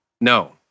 No